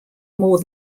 more